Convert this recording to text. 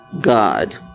God